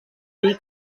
dir